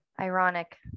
ironic